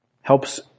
helps